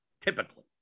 typically